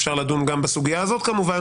אפשר לדון גם בסוגיה הזאת כמובן